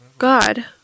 God